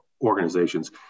organizations